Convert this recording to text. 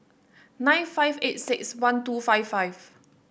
nine five eight six one two five five